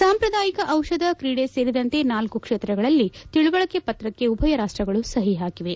ಸಾಂಪ್ರಾದಾಯಿಕ ದಿಷಧ ಕ್ರೀಡೆ ಸೇರಿದಂತೆ ನಾಲ್ಕು ಕ್ಷೇತ್ರಗಳಲ್ಲಿ ತಿಳುವಳಿಕೆ ಪತ್ರಕ್ಕೆ ಉಭಯ ರಾಷ್ವಗಳು ಸಹಿ ಹಾಕಿವೆ